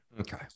Okay